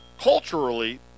Culturally